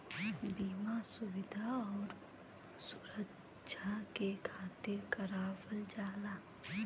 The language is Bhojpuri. बीमा सुविधा आउर सुरक्छा के खातिर करावल जाला